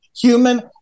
human